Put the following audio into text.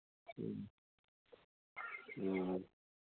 ꯎꯝ ꯎꯝ